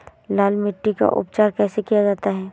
लाल मिट्टी का उपचार कैसे किया जाता है?